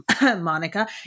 Monica